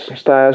Está